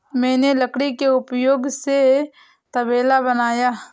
मैंने लकड़ी के उपयोग से तबेला बनाया